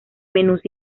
menús